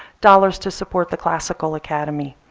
dollars to support the classical academy.